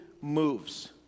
moves